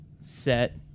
set